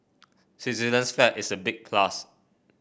Switzerland's flag is a big plus